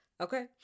Okay